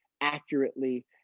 accurately